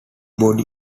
body